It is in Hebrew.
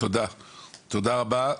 תודה רבה.